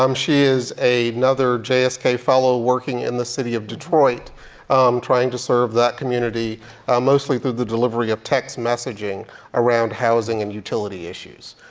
um she is another jsk fellow working in the city of detroit trying to serve that community mostly through the delivery of text messaging around housing and utility issues.